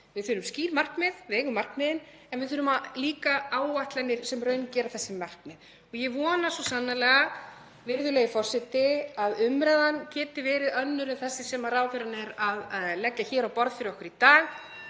Við þurfum skýr markmið, við eigum markmiðin en við þurfum líka áætlanir sem raungera þessi markmið. Ég vona svo sannarlega, virðulegi forseti, að umræðan geti verið önnur en þessi sem ráðherrann er að leggja hér á borð fyrir okkur í dag,